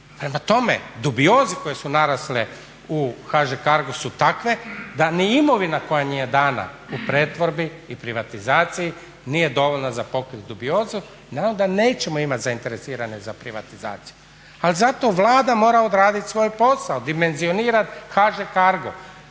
Prema tome, dubioze koje su narasle u HŽ CARGO-u su takve da da ni imovina koja nije dana u pretvorbi i privatizaciji nije dovoljna za pokrit dubiozu jer onda nećemo imat zainteresirane za privatizaciju. Ali zato Vlada mora odradit svoj posao, dimenzionirat HŽ-Cargo.